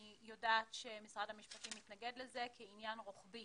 אני יודעת שמשרד המשפטים מתנגד לזה כעניין רוחבי